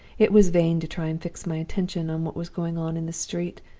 it was vain to try and fix my attention on what was going on in the street.